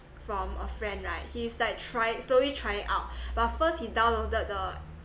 from a friend right he is like try slowly trying out but first he downloaded the